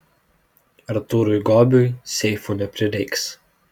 artūrui gobiui seifų neprireiks